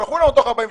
שלחו תוך 48,